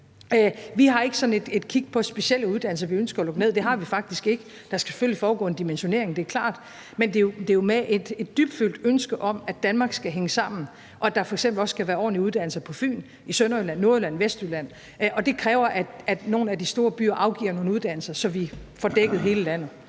Vi har ikke sådan kig på specielle uddannelser, vi ønsker at lukke ned – det har vi faktisk ikke. Der skal selvfølgelig foregå en dimensionering, det er klart, men det er jo med et dybfølt ønske om, at Danmark skal hænge sammen, og at der f.eks. også skal være ordentlige uddannelser på Fyn, i Sønderjylland, i Nordjylland og i Vestjylland, og det kræver, at nogle af de store byer afgiver nogen uddannelser, så vi får dækket hele landet.